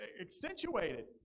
accentuated